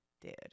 dude